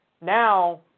Now